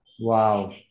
Wow